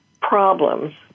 problems